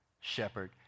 shepherd